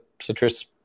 citrus